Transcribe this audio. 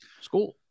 school